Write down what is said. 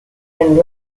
and